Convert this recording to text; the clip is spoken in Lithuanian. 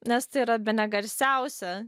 nes tai yra bene garsiausia